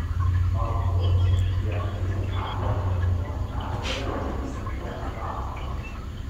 abu jie tais metais iškovojo pergales aštuoniuose etapuose